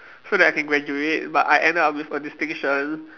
so that I can graduate but I end up with a distinction